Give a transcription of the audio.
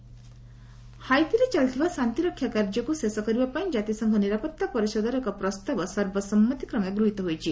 UN Haiti ହାଇତିରେ ଚାଲିଥିବା ଶାନ୍ତିରକ୍ଷା କାର୍ଯ୍ୟକୁ ଶେଷ କରିବା ପାଇଁ ଜାତିସଂଘ ନିରାପତ୍ତା ପରିଷଦରେ ଏକ ପ୍ରସ୍ତାବ ସର୍ବସମ୍ମତିକ୍ରମେ ଗୃହୀତ ହୋଇଛି